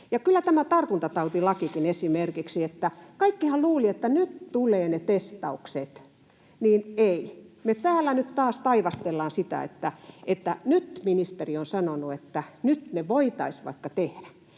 Kyllä tämä tartuntatautilakikin esimerkiksi — kaikkihan luulivat, että nyt tulee ne testaukset, mutta ei. Me täällä nyt taas taivastellaan sitä, että nyt ministeri on sanonut, että nyt ne voitaisiin vaikka tehdä.